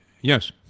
Yes